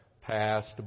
passed